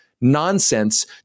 Nonsense